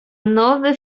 nowy